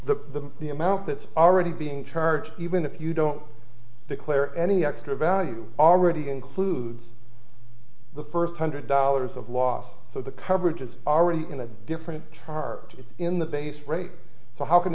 rate the the amount that's already being charged even if you don't declare any extra value already include the first hundred dollars of loss so the coverage is already in a different part in the base rate so how can